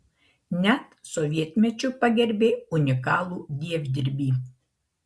net sovietmečiu pagerbė unikalų dievdirbį